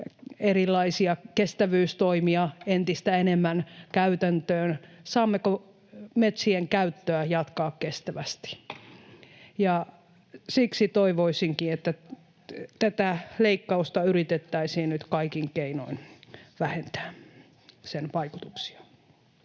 erilaisia kestävyystoimia entistä enemmän käytäntöön, saammeko metsien käyttöä jatkaa kestävästi. Siksi toivoisinkin, että tämän leikkauksen vaikutuksia yritettäisiin nyt kaikin keinoin vähentää. Kiitoksia.